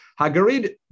Hagarid